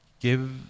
give